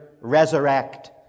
resurrect